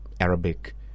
Arabic